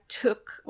took